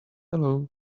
hello